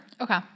Okay